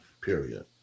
Period